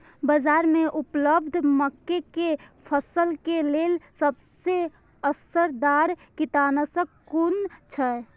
बाज़ार में उपलब्ध मके के फसल के लेल सबसे असरदार कीटनाशक कुन छै?